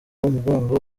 umugogo